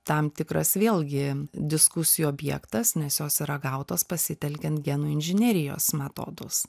tam tikras vėlgi diskusijų objektas nes jos yra gautos pasitelkiant genų inžinerijos metodus